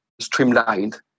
streamlined